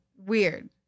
weird